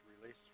release